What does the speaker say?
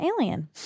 alien